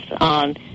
on